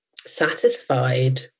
satisfied